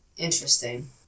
Interesting